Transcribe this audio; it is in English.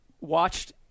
watched